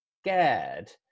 scared